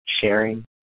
sharing